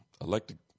electric